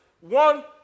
One